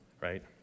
right